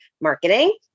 marketing